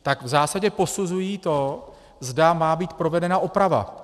V zásadě posuzují to, zda má být provedena oprava.